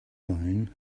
alone